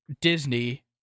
Disney